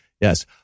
Yes